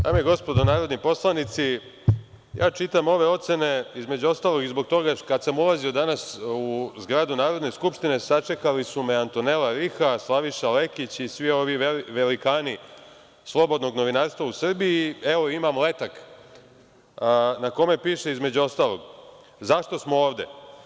Dame i gospodo narodni poslanici, ja čitam ove ocene između ostalog i zbog toga kada sam ulazio danas u zgradu Narodne skupštine sačekali su me Antonela Riha, Slaviša Lekić i svi ovi velikani slobodnog novinarstva u Srbiju i evo imam letak na kome piše između ostalog – zašto smo ovde?